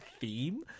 theme